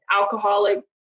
alcoholic